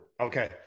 Okay